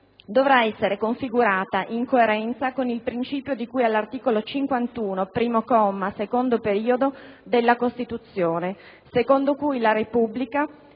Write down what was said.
dovrà essere configurata «in coerenza» con il principio di cui all'articolo 51, primo comma, secondo periodo, della Costituzione, secondo cui la Repubblica